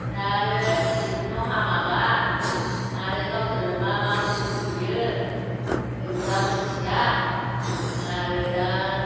दा आरो बिजि थुनायाव हामाब्ला आरो गावसोरो मा मा मुलि होफैयो जों दा मोन्थिया आरो दा